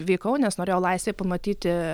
vykau nes norėjau laisvėj pamatyti